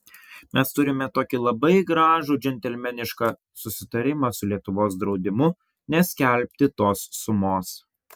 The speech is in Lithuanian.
mes turime tokį labai gražų džentelmenišką susitarimą su lietuvos draudimu neskelbti tos sumos